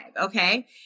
Okay